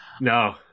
no